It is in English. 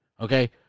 okay